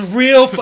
real